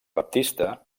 baptista